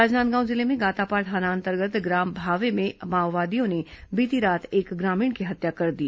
राजनांदगांव जिले में गातापार थाना अंतर्गत ग्राम भावे में माओवादियों ने बीती रात एक ग्रामीण की हत्या कर दी